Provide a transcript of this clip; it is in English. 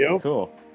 cool